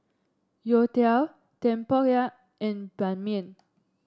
youtiao tempoyak and Ban Mian